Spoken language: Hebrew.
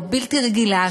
הבלתי-רגילה,